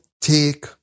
take